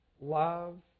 Love